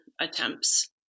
attempts